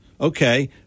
okay